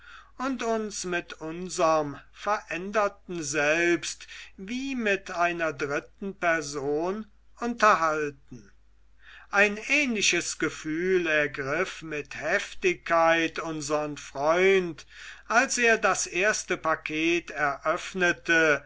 und uns mit unserm veränderten selbst wie mit einer dritten person unterhalten ein ähnliches gefühl ergriff mit heftigkeit unsern freund als er das erste paket eröffnete